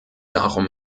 darum